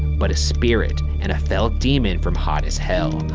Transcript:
but a spirit and a fell demon from hottest hell.